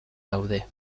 daude